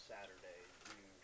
Saturday